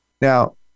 Now